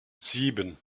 sieben